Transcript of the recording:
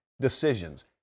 decisions